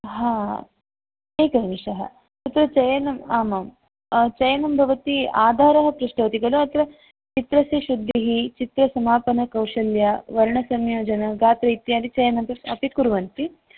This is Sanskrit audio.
हा एकनिमेषः तत्र चयनम् आमामाम् चयनं भवति आधारः पृष्टवती खलु अत्र चित्रस्य शुद्धिः चित्रसमापनकौशल्य वर्णसंयोजन गात्र इत्यादि चयनम् अपि कुर्वन्ति